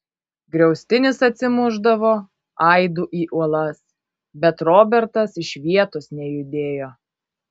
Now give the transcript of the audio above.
griaustinis atsimušdavo aidu į uolas bet robertas iš vietos nejudėjo